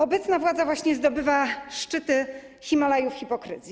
Obecna władza właśnie zdobywa szczyty Himalajów hipokryzji.